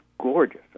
gorgeous